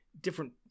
different